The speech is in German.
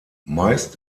meist